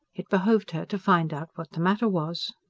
it behoved her to find out what the matter was.